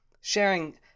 Sharing